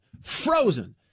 frozen